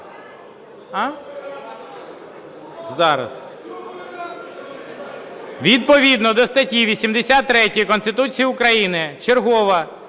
Відповідно до статті 83 Конституції України чергова